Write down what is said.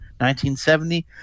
1970